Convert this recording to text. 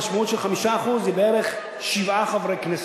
המשמעות של 5% היא בערך שבעה חברי כנסת,